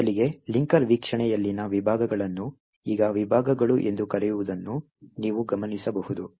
ಮೊದಲಿಗೆ ಲಿಂಕರ್ ವೀಕ್ಷಣೆಯಲ್ಲಿನ ವಿಭಾಗಗಳನ್ನು ಈಗ ವಿಭಾಗಗಳು ಎಂದು ಕರೆಯುವುದನ್ನು ನೀವು ಗಮನಿಸಬಹುದು